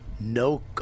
No